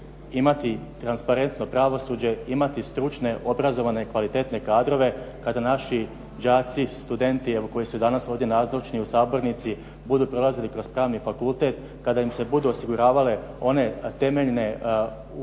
imati transparentno pravosuđe, imati stručne, obrazovane, kvalitetne kadrove kada naši đaci, studenti evo koji su i danas ovdje nazočni u sabornici budu prolazili kroz Pravni fakultet, kada im se budu osiguravale one temeljni uvjeti